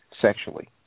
sexually